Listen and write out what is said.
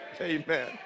Amen